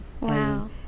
Wow